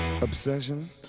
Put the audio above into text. obsession